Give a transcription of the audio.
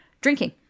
drinking